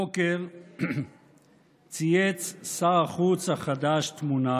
הבוקר צייץ שר החוץ החדש תמונה